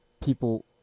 people